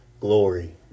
glory